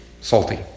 salty